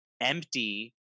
empty